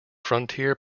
frontier